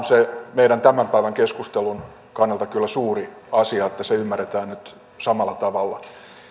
se on meidän tämän päivän keskustelun kannalta kyllä suuri asia että se ymmärretään nyt samalla tavalla